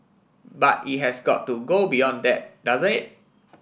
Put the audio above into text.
but it has got to go beyond that doesn't it